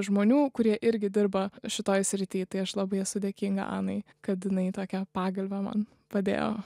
žmonių kurie irgi dirba šitoj srity tai aš labai esu dėkinga anai kad inai tokią pagalvę man padėjo